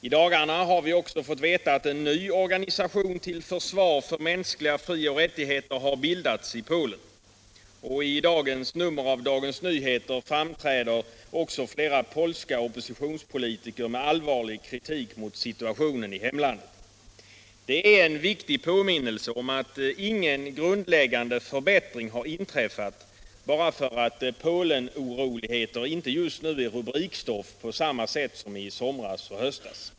I dagarna har vi också fått veta att en ny organisation till försvar för mänskliga frioch rättigheter har bildats i Polen. I dagens nummer av Dagens Nyheter framträder flera polska oppositionspolitiker med allvarlig kritik mot situationen i hemlandet. Det är en viktig påminnelse om att ingen grundläggande förbättring har inträffat bara för att Polenoroligheter inte just nu är rubrikstoff på samma sätt som i somras och höstas.